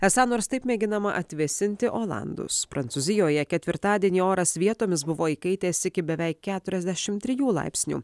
esą nors taip mėginama atvėsinti olandus prancūzijoje ketvirtadienį oras vietomis buvo įkaitęs iki beveik keturiasdešimt trijų laipsnių